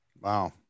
wow